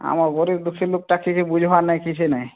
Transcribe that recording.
ଆମ ଗରିବ ଦୁଃଖି ଲୋକଟା କିଛି ବୁଝିବାର ନାହିଁ କିଛି ନାହିଁ